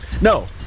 No